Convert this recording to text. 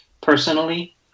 personally